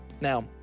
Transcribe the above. Now